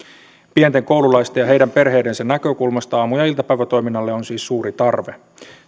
pienten koululaisten ja heidän perheidensä näkökulmasta aamu ja iltapäivätoiminnalle on siis suuri tarve